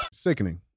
Sickening